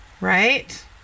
Right